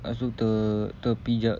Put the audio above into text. lepas tu ter~ terpijak